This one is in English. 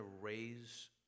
raise